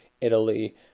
Italy